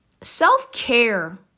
Self-care